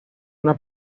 una